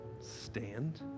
stand